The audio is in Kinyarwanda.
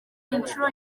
inshuro